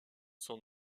sont